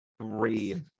three